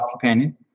companion